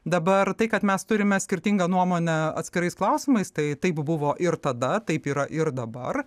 dabar tai kad mes turime skirtingą nuomonę atskirais klausimais tai taip buvo ir tada taip yra ir dabar